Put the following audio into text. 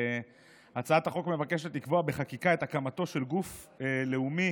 הצעת החוק מבקשת לקבוע בחקיקה את הקמתו של גוף לאומי